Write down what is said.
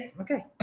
Okay